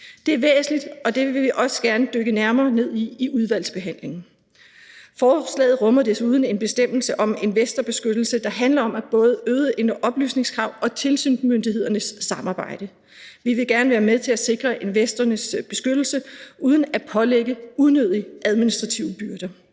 Det er væsentligt, og det vil vi også gerne dykke nærmere ned i i udvalgsbehandlingen. Forslaget rummer desuden en bestemmelse om investorbeskyttelse, der handler om både øget oplysningskrav og tilsynsmyndighedernes samarbejde. Vi vil gerne være med til at sikre investorernes beskyttelse uden at pålægge unødige administrative byrder.